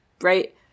Right